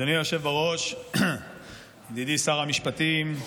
אדוני היושב בראש, ידידי שר המשפטים,